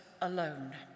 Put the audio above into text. alone